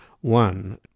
one